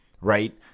right